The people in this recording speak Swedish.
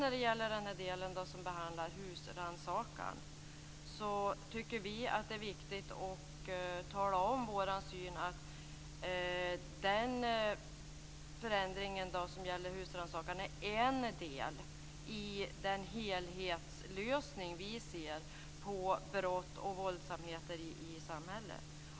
När det gäller den del där husrannsakan behandlas, tycker vi att det är viktigt att tala om vår syn att den förändring som gäller husrannsakan är en del i den helhetslösning som vi ser av brott och våldsamheter i samhället.